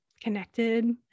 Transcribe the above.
connected